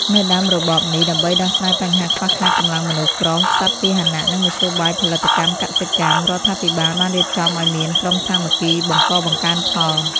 នៅដើមរបបនេះ ដើម្បីដោះស្រាយបញ្ហាខ្វះខាតកម្លាំងមនុស្សប្រុស សត្វពាហនៈ និងមធ្យោបាយផលិតកម្មកសិកម្ម រដ្ឋាភិបាលបានរៀបចំឱ្យមាន "ក្រុមសាមគ្គីបង្កបង្កើនផល"។